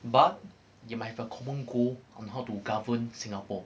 but you might have a common goal on how to govern singapore